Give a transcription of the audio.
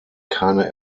keine